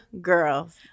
girls